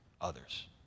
others